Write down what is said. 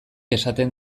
esaten